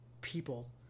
people